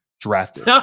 drafted